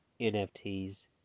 NFTs